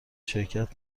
شرکت